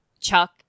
Chuck